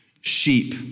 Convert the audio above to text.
sheep